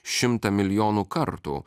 šimtą milijonų kartų